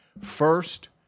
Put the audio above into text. first